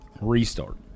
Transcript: restart